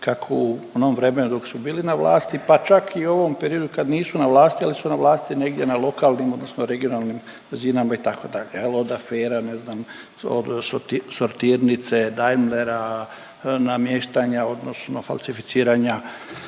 kako u novom vremenu dok su bili na vlasti, pa čak i ovom periodu kad nisu na vlasti, ali su na vlasti negdje na lokalnim odnosno regionalnim razinama, itd., od afera, ne znam, od sortirnice, Daimlera, namještaja odnosno falsificiranja